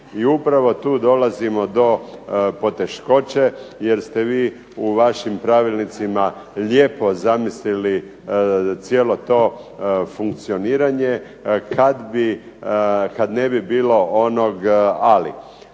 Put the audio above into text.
I upravo tu dolazimo do poteškoće jer ste vi u vašim pravilnicima lijepo zamislili cijelo to funkcioniranje kada ne bi bilo onog ali.